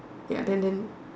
ya then then